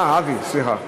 אה, אבי, סליחה.